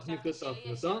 כך נקראת ההחלטה.